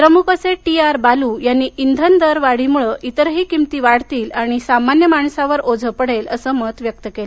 द्रमुकघे T R Baalu यांनी इंधन दरवाढीमुळे इतरही किमती वाढतील आणि सामान्य माणसावर ओझं पडेल असं मत व्यक्त केलं